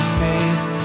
face